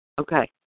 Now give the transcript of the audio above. Okay